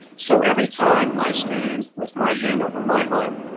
so every time i stand with my hand over my heart,